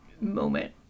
moment